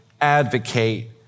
advocate